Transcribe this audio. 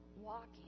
walking